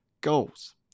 goals